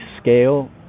scale